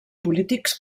polítics